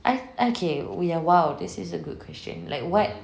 I okay we we're !wow! this is a good question like what